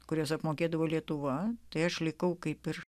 kurios apmokėdavo lietuva tai aš likau kaip ir